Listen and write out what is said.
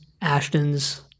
Ashton's